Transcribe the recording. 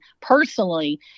personally